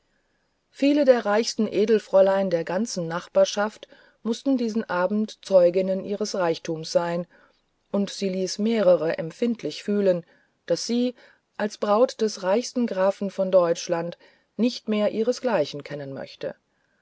viele der reichsten edelfräulein der ganzen nachbarschaft mußten diesen abend zeuginnen ihres reichtums sein und sie ließ mehreren empfindlich fühlen daß sie als braut des reichsten grafen von deutschland nicht mehr ihresgleichen kennen möchte